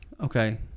Okay